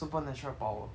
supernatural power